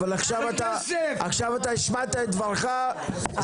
אבל עכשיו אתה השמעת את דברך,